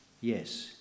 Yes